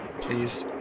Please